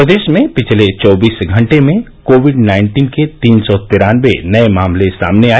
प्रदेश में पिछले चौबीस घंटे में कोविड नाइन्टीन के तीन सौ तिरान्नबे नए मामले सामने आए